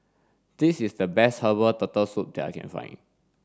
this is the best herbal turtle soup that I can find